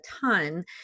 ton